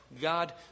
God